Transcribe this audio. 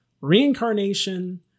reincarnation